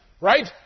Right